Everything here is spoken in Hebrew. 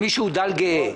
זה?